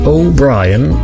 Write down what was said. O'Brien